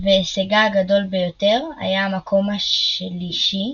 והישגה הגדול ביותר היה המקום השלישי